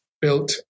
built